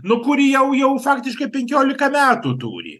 nu kur jau jau faktiškai penkioliką metų turi